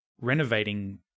renovating